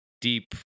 deep